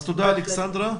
תודה, אלכסנדרה.